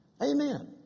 amen